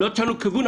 לא תשנו כיוון?